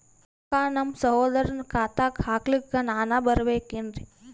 ರೊಕ್ಕ ನಮ್ಮಸಹೋದರನ ಖಾತಾಕ್ಕ ಹಾಕ್ಲಕ ನಾನಾ ಬರಬೇಕೆನ್ರೀ?